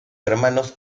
hermanos